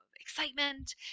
excitement